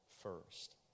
first